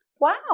Wow